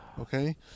okay